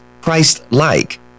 Christ-like